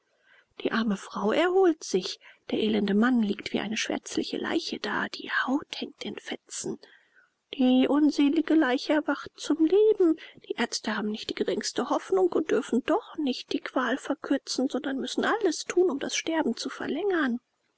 die arme frau erholt sich der elende mann liegt wie eine schwärzliche leiche da die haut hängt in fetzen die unselige leiche erwacht zum leben die ärzte haben nicht die geringste hoffnung und dürfen doch nicht die qual verkürzen sondern müssen alles tun um das sterben zu verlängern